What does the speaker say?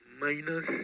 minus